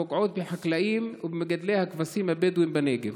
הפוגעים בחקלאים ובמגדלי הכבשים הבדואים בנגב.